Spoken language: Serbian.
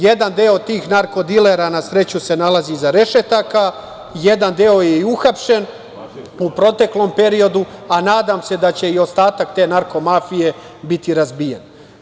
Jedan deo tih narko-dilera, na sreću, nalazi se iza rešetaka, jedan deo je i uhapšen u proteklom periodu, a nadam se da će i ostatak te narko-mafije biti razbijen.